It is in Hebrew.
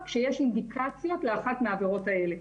לא ידענו לפרש אותו מספיק.